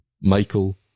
Michael